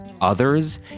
others